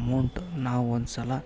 amount ನಾವು ಒಂದ್ಸಲ